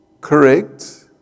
correct